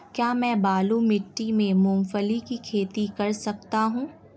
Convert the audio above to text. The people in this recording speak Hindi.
क्या मैं बालू मिट्टी में मूंगफली की खेती कर सकता हूँ?